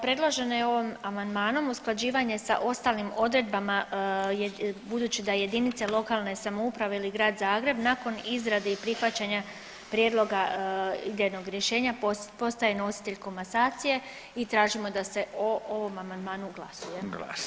Predloženo je ovim amandmanom usklađivanje sa ostalim odredbama budući da jedinice lokalne samouprave ili Grad Zagreb nakon izrade i prihvaćanja prijedloga idejnog rješenja postaje nositelj komasacije i tražimo da se o ovom amandmanu glasuje.